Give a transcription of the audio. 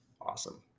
Awesome